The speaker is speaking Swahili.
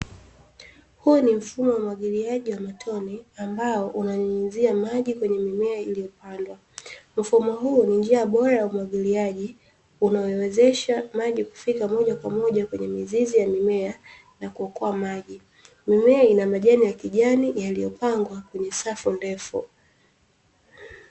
Huu ni mfumo wa umwagiliaji wa matone ambao unanyunyizia maji kwenye mimea iliyopandwa, mfumo huu ni njia bora ya umwagiliaji unaowezesha maji kufika moja kwa moja kwenye mizizi ya mimea na kuokoa maji, mimea ina majani ya kijani yaliyopangwa kwenye safu ndefu.